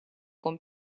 con